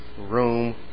room